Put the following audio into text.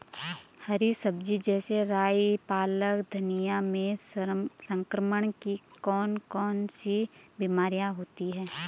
हरी सब्जी जैसे राई पालक धनिया में संक्रमण की कौन कौन सी बीमारियां होती हैं?